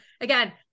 Again